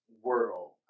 world